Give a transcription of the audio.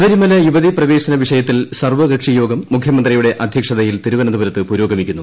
ശബരിമല യുവതി പ്രവേശന വിഷയത്തിൽ സർവ്വകക്ഷി യോഗം മുഖ്യമന്ത്രിയുടെ അധ്യക്ഷതയിൽ തിരുവനന്തപുരത്ത് പുരോഗമിക്കുന്നു